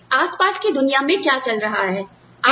आपके आसपास की दुनिया में क्या चल रहा है